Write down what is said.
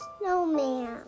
snowman